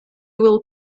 will